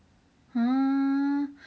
!huh!